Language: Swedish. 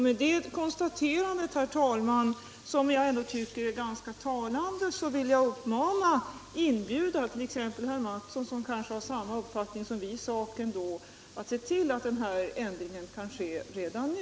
Med det konstaterandet, herr talman, som jag tycker är ganska talande, vill jag inbjuda t.ex. herr Mattsson, som kanske ändå har samma uppfattning som vi i sak, att se till att den här ändringen kan ske redan nu.